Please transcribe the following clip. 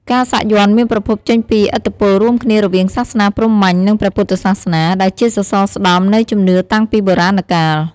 ការសាក់យ័ន្តមានប្រភពចេញពីឥទ្ធិពលរួមគ្នារវាងសាសនាព្រហ្មញ្ញ និងព្រះពុទ្ធសាសនា ដែលជាសសរស្តម្ភនៃជំនឿតាំងពីបុរាណកាល។